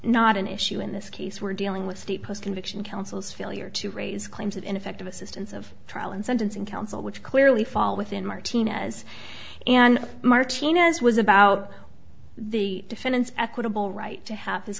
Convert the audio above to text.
not an issue in this case we're dealing with state post conviction counsel's failure to raise claims of ineffective assistance of trial and sentencing counsel which clearly fall within martinez and martinez was about the defendant's equitable right to have his